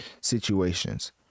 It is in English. situations